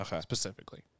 specifically